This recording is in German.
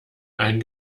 ein